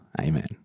amen